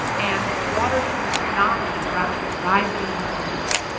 and waters from the tsunamis were actually rising in their homes,